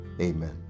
Amen